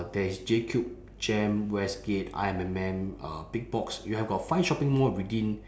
there is J cube jem westgate I_M_M uh big box you have got five shopping mall within